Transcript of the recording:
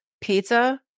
pizza